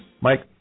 Mike